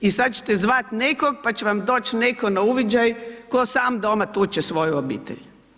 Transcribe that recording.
I sada ćete zvati nekog pa će vam doći netko na uviđaj ko sam doma tuče svoju obitelj.